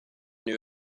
new